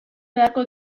beharko